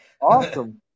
Awesome